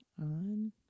on